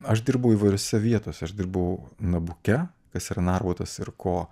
aš dirbau įvairiose vietose dirbau nabuke kas yra narbutas ir ko